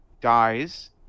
dies